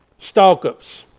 stalkups